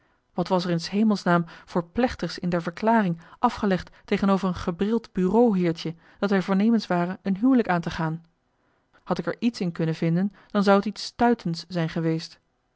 wat was er in s hemelsnaam voor plechtigs in der verklaring afgelegd tegenover een gebrild bureau heertje dat wij voornemens waren een huwelijk aan te gaan had ik er iets in kunnen vinden dan zou t iets stuitends zijn geweest